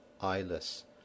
eyeless